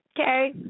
Okay